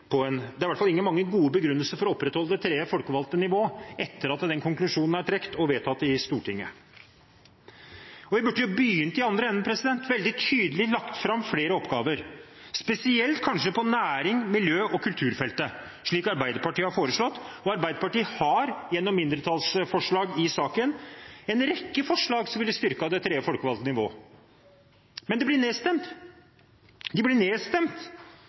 for det er i hvert fall ikke mange gode begrunnelser for å opprettholde det tredje folkevalgte nivået etter at den konklusjonen er trukket og vedtatt i Stortinget. Vi burde jo begynt i den andre enden og veldig tydelig lagt fram flere oppgaver, spesielt kanskje på nærings-, miljø- og kulturfeltet, slik Arbeiderpartiet har foreslått. Og Arbeiderpartiet har, gjennom mindretallsforslag i saken, en rekke forslag som ville styrket det tredje folkevalgte nivået. Men de blir nedstemt, de blir nedstemt